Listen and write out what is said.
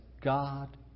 God